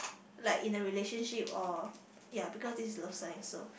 like in a relationship or ya because this is love sign so